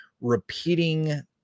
repeating